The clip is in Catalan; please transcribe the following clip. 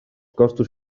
costos